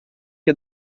che